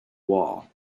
wall